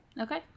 Okay